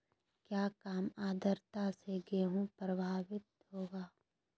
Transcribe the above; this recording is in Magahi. क्या काम आद्रता से गेहु प्रभाभीत होगा?